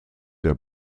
der